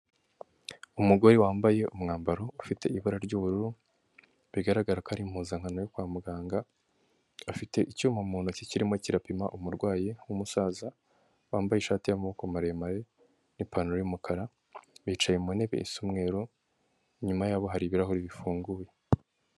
Umugore wambaye umwambaro ufite ibara ry'ubururu bigaragara ko ari impuzankano yo kwa muganga, afite icyuma mu ntoki kirimo kirapima umurwayi w'umusaza wambaye ishati y'amaboko maremare n'ipantaro y'umukara bicaye mu ntebe isa umweru, inyuma yabo hari ibirahuri bifunguye.